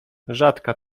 rzadka